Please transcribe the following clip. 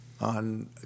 on